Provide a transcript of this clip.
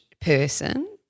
person